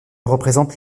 représente